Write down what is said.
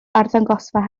arddangosfa